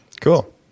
Cool